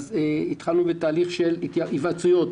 התחלנו בתהליך של היוועצויות,